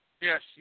yes